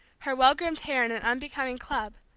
her well-groomed hair in an unbecoming club,